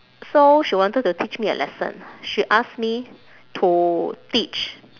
so she wanted to teach me a lesson she ask me to teach